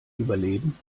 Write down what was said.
überleben